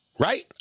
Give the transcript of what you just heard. Right